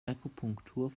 akupunktur